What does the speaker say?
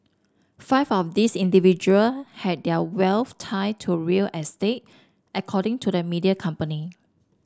five of these individual had their wealth tied to real estate according to the media company